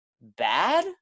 bad